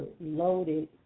loaded